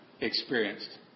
experienced